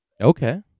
Okay